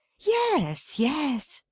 yes, yes,